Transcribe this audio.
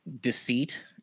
deceit